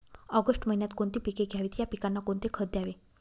August महिन्यात कोणती पिके घ्यावीत? या पिकांना कोणते खत द्यावे?